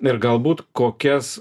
ir galbūt kokias